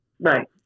Right